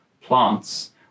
plants